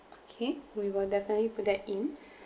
okay we will definitely put that in